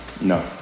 No